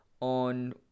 on